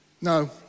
No